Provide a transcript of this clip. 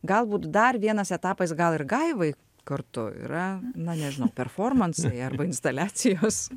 galbūt dar vienas etapas gal ir gaivai kartu yra na nežinau performansai arba instaliacijos